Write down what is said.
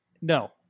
no